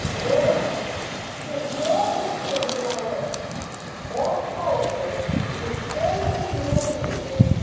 there is no influence in our land more powerful to poison the imagination,